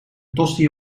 tosti